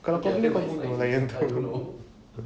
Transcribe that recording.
apa benda kau bunuh lion tu